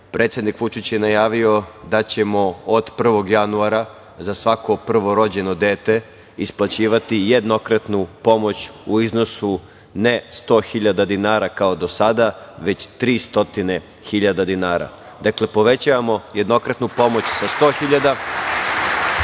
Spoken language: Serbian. Predsednik Vučić je najavio da ćemo od 1. januara za svako prvorođeno dete isplaćivati jednokratnu pomoć u iznosu ne 100.000 dinara, kao do sada, već 300.000 dinara. Dakle, povećavamo jednokratnu pomoć sa 100.000 na